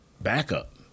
backup